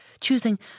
choosing